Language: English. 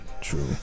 true